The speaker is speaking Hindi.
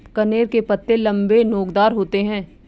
कनेर के पत्ते लम्बे, नोकदार होते हैं